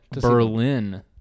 Berlin